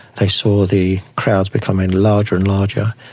they saw the crowds becoming larger and larger.